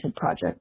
project